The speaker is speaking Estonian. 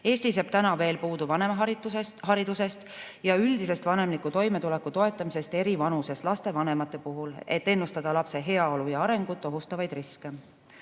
Eestis jääb täna veel puudu vanemaharidusest ja üldisest vanemliku toimetuleku toetamisest eri vanuses laste vanemate puhul. Et ennustada lapse heaolu ja arengut ohustavaid riske,